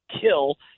kill